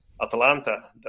Atlanta